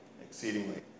exceedingly